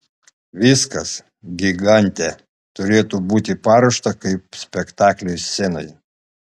viskas gigante turėtų būti paruošta kaip spektakliui scenoje